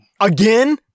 Again